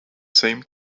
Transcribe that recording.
same